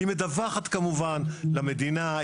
היא מדווחת כמובן למדינה,